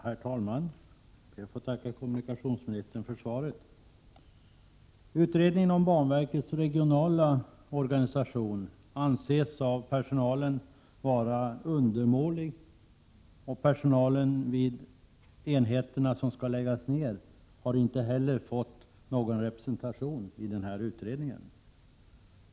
Herr talman! Jag ber att få tacka kommunikationsministern för, svaret. Utredningen om banverkets regionala organisation anses av personalen vara undermålig, och personalen vid de enheter som skall läggas ner har inte heller haft några representanter med i utredningen.